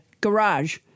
garage